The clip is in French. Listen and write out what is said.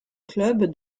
club